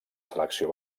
selecció